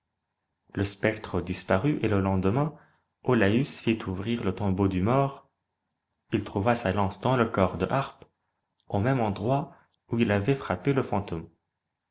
le spectre disparut et le lendemain olaüs fit ouvrir le tombeau du mort il trouva sa lance dans le corps de harppe au même endroit où il avait frappé le fantôme